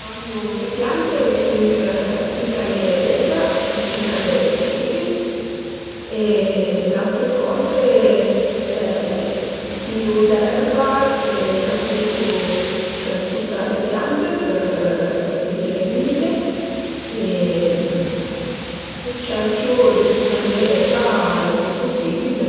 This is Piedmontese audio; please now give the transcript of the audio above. Bagne le piante fin chë fin ch'a ie d'eva e fin ch'al e pusibil e d'autre coze pìu d'erba e la bütu suta le piante për për tenile ümide e cerciu dë risparmié l'eva il pi pusibil